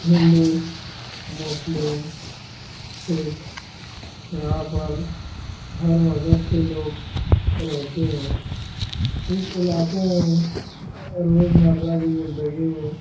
ہندو مسلم سکھ یہاں پر ہر مذہب کے لوگ رہتے ہیں اس علاقے میں روز مرہ کی زندگی میں